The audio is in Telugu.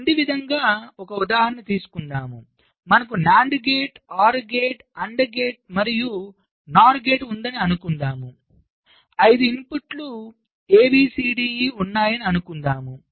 ఈ క్రింది విధంగా ఒక ఉదాహరణ తీసుకుందాం మనకు NAND gate OR gate AND gate మరియు NOR గేట్ ఉందని అనుకుందాం 5 ఇన్పుట్లు ABCDE ఉన్నాయని అనుకుందాం